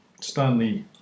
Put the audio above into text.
Stanley